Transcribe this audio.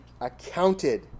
accounted